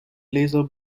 laser